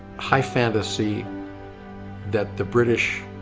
high fantasy that the british